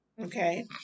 Okay